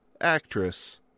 actress